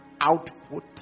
output